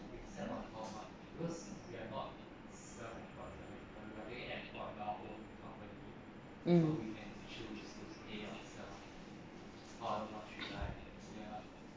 mm